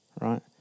right